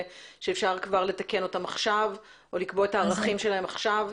ואפשר לתקן אותם כבר עכשיו או לקבוע את הערכים שלהם עכשיו?